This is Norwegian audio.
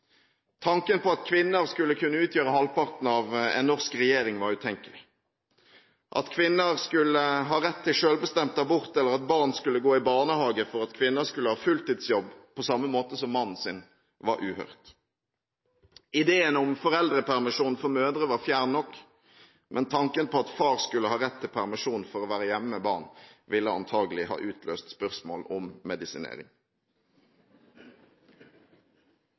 Tanken på at kvinner skulle kunne utgjøre halvparten av en norsk regjering var utenkelig. At kvinner skulle ha rett til selvbestemt abort, eller at barn skulle gå i barnehage for at kvinner skulle ha fulltidsjobb på samme måte som mannen sin, var uhørt. Ideen om foreldrepermisjon for mødre var fjern nok, men tanken på at far skulle ha rett til permisjon for å være hjemme med barn, ville antakelig ha utløst spørsmål om medisinering.